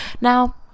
now